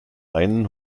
einen